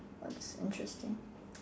what's interesting